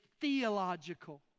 theological